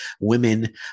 women